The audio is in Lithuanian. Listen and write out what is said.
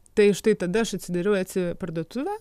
tai štai tada aš atsidariau etsi parduotuvę